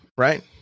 Right